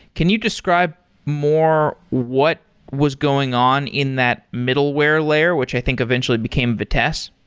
can you describe more what was going on in that middleware layer, which i think eventually became vitess?